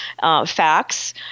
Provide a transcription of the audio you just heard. facts